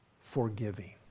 forgiving